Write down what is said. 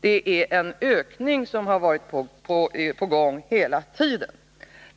Denna ökning har varit på gång hela tiden.